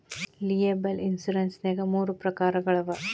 liable insurance ನ್ಯಾಗ್ ಮೂರ ಪ್ರಕಾರಗಳವ